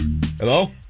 Hello